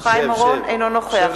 אינו נוכח שב.